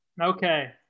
Okay